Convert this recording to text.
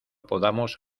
podamos